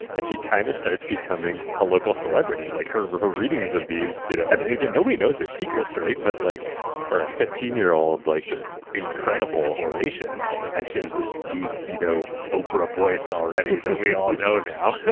and she kind of starts becoming a local celebrity. like her her readings of these you know and and again, nobody knows her secret, so but like for a fifteen year old like just this incredible oration and she has this deep you know oprah voice already that we all know now.